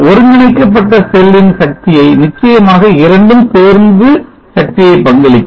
ஒருங்கிணைக்கப்பட்ட செல்லின் சக்தியை நிச்சயமாக இரண்டும் சேர்ந்து சக்தியை பங்களிக்கும்